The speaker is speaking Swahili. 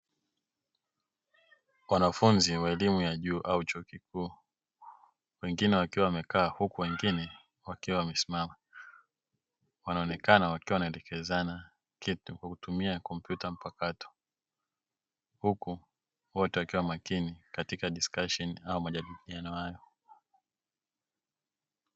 Wanafunzi wa elimu ya juu au chuo kikuu, wengine wakiwa wamekaa huku wengine wakiwa wamesimama, wanaonekana wakiwa wanaelekezana kitu kwa kutumia kompyuta mpakato; huku wote wakiwa makini katika disikasheni au majadiliano hayo.